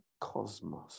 Cosmos